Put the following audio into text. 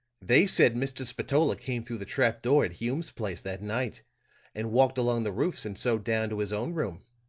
they said mr. spatola came through the trap-door at hume's place that night and walked along the roofs and so down to his own room.